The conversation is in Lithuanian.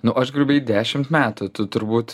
nu aš grubiai dešimt metų tai turbūt